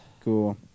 Cool